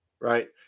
right